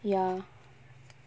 ya